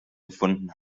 gefunden